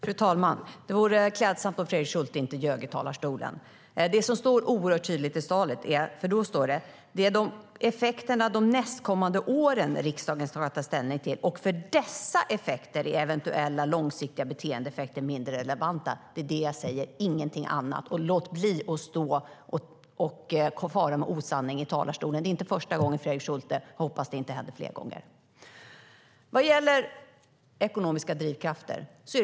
Fru talman! Det vore klädsamt om Fredrik Schulte inte ljög i talarstolen. Det står oerhört tydligt i svaret att det är effekterna för de nästkommande åren riksdagen ska ta ställning till, och för dessa effekter är eventuella långsiktiga beteendeeffekter mindre relevanta. Det är det jag säger, ingenting annat. Låt bli att fara med osanning i talarstolen, Fredrik Schulte! Det är inte första gången. Jag hoppas att det inte händer fler gånger.